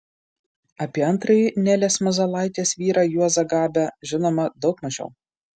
apie antrąjį nelės mazalaitės vyrą juozą gabę žinoma daug mažiau